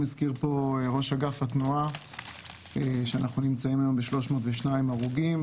הזכיר פה ראש אגף התנועה שאנחנו נמצאים היום ב-302 הרוגים,